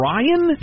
Ryan